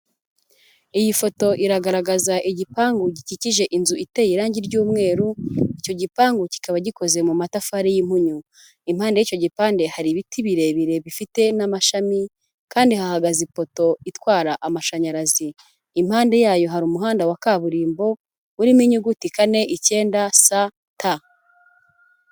Iyi foto iragaragaza igipangu gikikije inzu iteye irange ry'umweru, icyo gipangu kikaba gikoze mu matafari y'impunyu. Impande y'icyo gipande hari ibiti birebire bifite n'amashami kandi hahagaze ipoto itwara amashanyarazi, impande yayo hari umuhanda wa kaburimbo urimo inyuguti kane, icyenda, sa, ta.